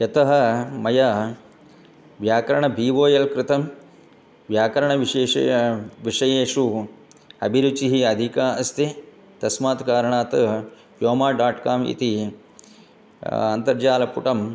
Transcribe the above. यतः मया व्याकरण बी ओ एल् कृतं व्याकरणविशेषे विषयेषु अभिरुचिः अधिका अस्ति तस्मात् कारणात् व्योमा डाट् काम् इति अन्तर्जालपुटम्